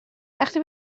وقتی